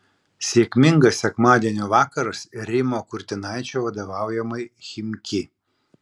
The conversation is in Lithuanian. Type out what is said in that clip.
sėkmingas sekmadienio vakaras ir rimo kurtinaičio vadovaujamai chimki